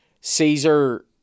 Caesar